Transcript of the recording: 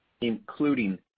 including